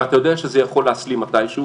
ואתה יודע שזה יכול להסלים מתישהו,